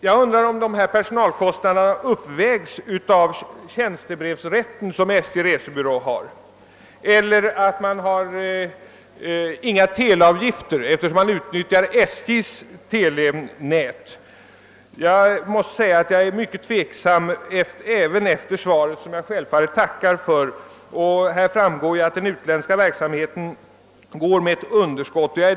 Kan dessa personalkostnader uppvägas av tjänstebrevsrätten som SJ:s resebyråer har eller av att man slipper avlägga teleavgifter eftersom SJ:s telenät utnyttjas? Jag är alltså mycket tveksam även efter svaret som jag självfallet tackar för. Av svaret framgår att den utländska verksamheten går med underskott.